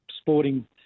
sporting